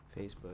Facebook